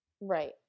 Right